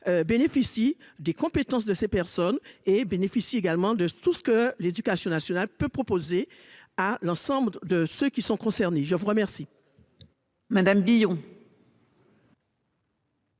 Bénéficie des compétences de ces personnes et bénéficie également de tout ce que l'éducation nationale peut proposer à l'ensemble de ceux qui sont concernés. Je vous remercie. Madame Guillon.